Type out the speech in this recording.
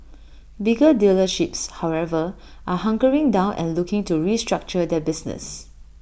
bigger dealerships however are hunkering down and looking to restructure their business